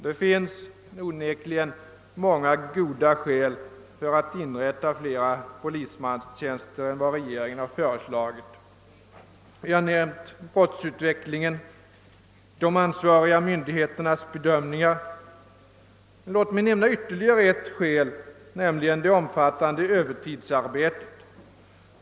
Det finns onekligen många goda skäl att inrätta flera polismanstjänster än vad regeringen föreslagit. Vi har nämnt brottsutvecklingen och de ansvariga myndigheternas bedömning. Låt mig nämna ytterligare ett skäl, nämligen det omfattande Öövertidsarbetet.